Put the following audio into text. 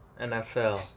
NFL